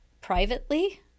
privately